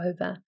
over